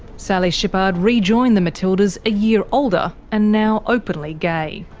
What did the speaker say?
sally shipard re-joined the matildas a year older, and now openly gay.